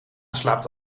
slaapt